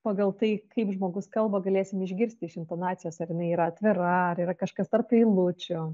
pagal tai kaip žmogus kalba galėsim išgirsti iš intonacijos ar jinai yra atvira ar yra kažkas tarp eilučių